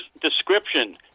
description